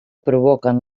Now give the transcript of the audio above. provoquen